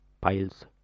piles